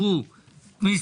הצבעה בעד, רוב פניות מס'